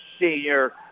senior